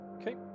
Okay